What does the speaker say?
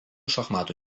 šachmatų